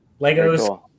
legos